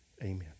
Amen